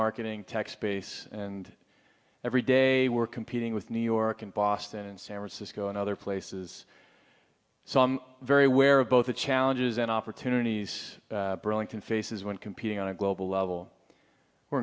marketing tech space and every day we're competing with new york and boston and san francisco and other places so i'm very aware of both the challenges and opportunities burlington faces when competing on a global level